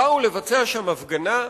באו לקיים שם משמרת מחאה,